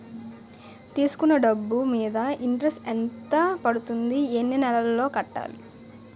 తీసుకున్న డబ్బు మీద ఇంట్రెస్ట్ ఎంత పడుతుంది? ఎన్ని నెలలో కట్టాలి?